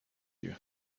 you